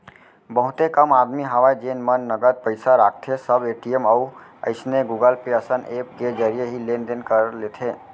बहुते कम आदमी हवय जेन मन नगद पइसा राखथें सब ए.टी.एम अउ अइसने गुगल पे असन ऐप के जरिए ही लेन देन कर लेथे